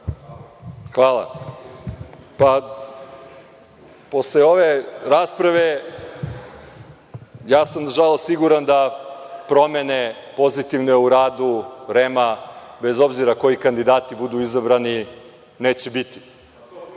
Hvala. Posle ove rasprave ja sam nažalost siguran da promene pozitivne u radu REM-a bez obzira koji kandidati budu izabrani neće biti,